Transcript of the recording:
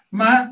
ma